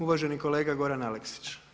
Uvaženi kolega Goran Aleksić.